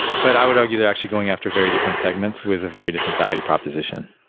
but i would argue they're actually going after very different segments with very different value proposition.